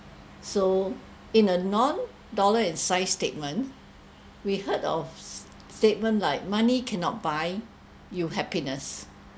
so in a non dollar and cents statement we heard of statement like money cannot buy you happiness